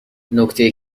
نکته